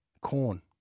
Corn